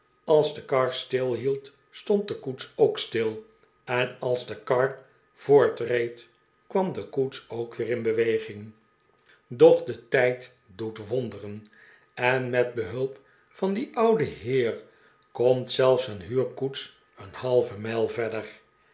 als de kar stilhield stond de koets ook stil en als de kar voortreed kwam de koets ook weer in beweging doch de tijd doet wonderen en met behulp van dien ouden heer komt zelfs een huurkoets een halve mijl verder